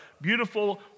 beautiful